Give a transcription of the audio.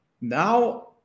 now